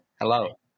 Hello